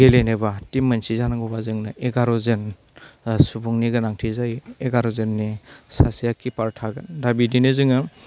गेलेनोबा team मोनसे जानांगौबा जोंनो एगार'जोन सुबुंनि गोनांथि जायो एगार'जननि सासेया किपार थागोन दा बिदिनो जोङो